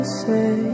say